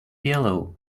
yellow